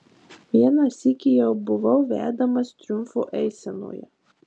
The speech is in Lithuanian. vieną sykį jau buvau vedamas triumfo eisenoje